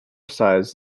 size